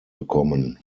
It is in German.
bekommen